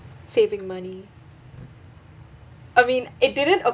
saving money I mean it didn't